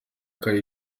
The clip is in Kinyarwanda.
ari